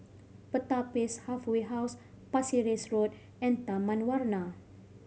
Pertapis Halfway House Pasir Ris Road and Taman Warna